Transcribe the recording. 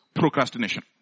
Procrastination